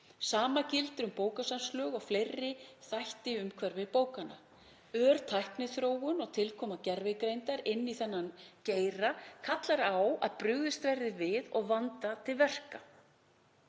Sama gildir um bókasafnalög og fleiri þætti í umhverfi bókanna. Ör tækniþróun og tilkoma gervigreindar inn í þennan geira kallar á að brugðist verði við og vandað til verka.